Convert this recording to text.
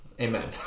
Amen